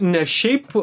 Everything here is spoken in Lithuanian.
ne šiaip